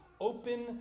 open